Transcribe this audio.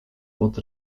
pod